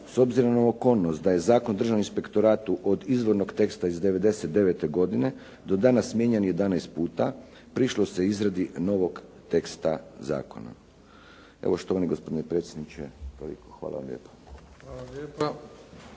S obzirom na okolnost da je Zakon o državnom inspektoratu od izvornog teksta iz '99. godine do danas mijenjan 11 puta prišlo se izradi novog teksta zakona. Evo, štovani gospodine predsjedniče, toliko. Hvala vam lijepa.